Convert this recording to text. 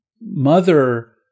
mother